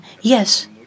Yes